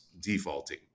defaulting